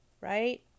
Right